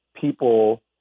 people